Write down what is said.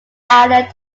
island